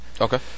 Okay